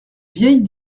vieille